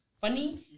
funny